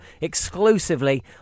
exclusively